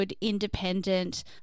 independent